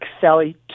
Sally